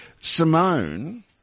Simone